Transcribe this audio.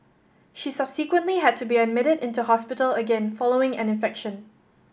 she subsequently had to be admitted into hospital again following an infection